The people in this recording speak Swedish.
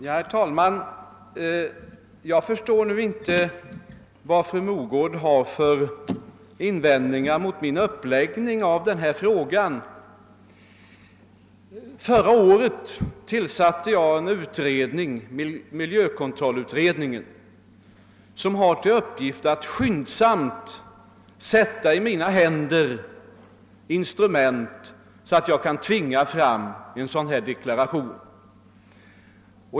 Herr talman! Jag förstår inte vilka invändningar fru Mogård har mot min uppläggning av denna fråga. Förra året tillsatte jag en utredning, miljökontrollutredningen, som har till uppgift att skyndsamt sätta i mina händer instrument så att jag kan tvinga fram en sådan här deklaration.